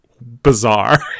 bizarre